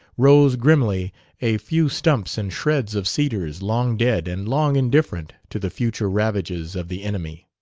rose grimly a few stumps and shreds of cedars long dead and long indifferent to the future ravages of the enemy.